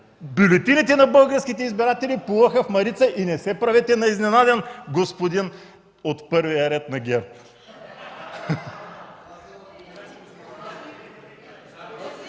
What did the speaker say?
Бюлетините на българските избиратели плуваха в Марица и не се правете на изненадан, господине от първия ред на ГЕРБ.